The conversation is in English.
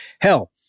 hell